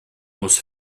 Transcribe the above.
muss